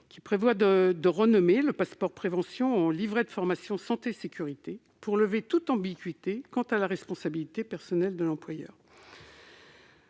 Il s'agit de renommer le passeport de prévention « livret de formation santé sécurité » afin de lever toute ambiguïté quant à la responsabilité personnelle de l'employeur.